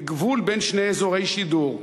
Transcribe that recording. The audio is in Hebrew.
בגבול בין שני אזורי שידור,